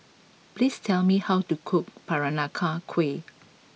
please tell me how to cook Peranakan Kueh